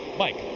mike?